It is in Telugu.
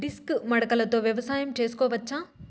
డిస్క్ మడకలతో వ్యవసాయం చేసుకోవచ్చా??